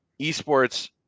esports